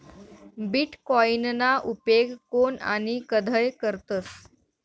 बीटकॉईनना उपेग कोन आणि कधय करतस